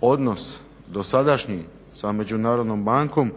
odnos dosadašnji sa Međunarodnom bankom